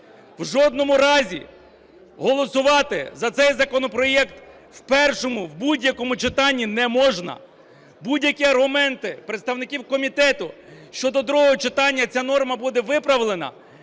В жодному разі голосувати за цей законопроект в першому, в будь-якому читанні не можна. Будь-які аргументи представників комітету, що до другого читання ця норма буде виправлена,